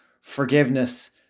forgiveness